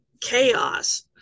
chaos